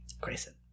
Grayson